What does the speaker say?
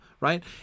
Right